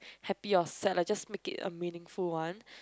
happy or sad lah just make it a meaningful one